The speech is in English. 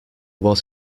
was